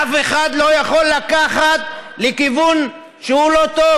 ואף אחד לא יכול לקחת לכיוון שהוא לא טוב,